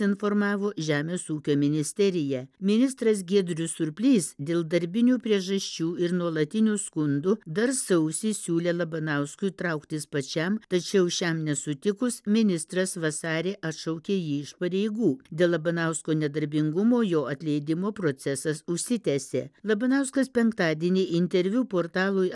informavo žemės ūkio ministerija ministras giedrius surplys dėl darbinių priežasčių ir nuolatinių skundų dar sausį siūlė labanauskui trauktis pačiam tačiau šiam nesutikus ministras vasarį atšaukė jį iš pareigų dėl labanausko nedarbingumo jo atleidimo procesas užsitęsė labanauskas penktadienį interviu portalui